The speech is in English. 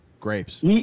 Grapes